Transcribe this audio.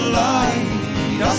light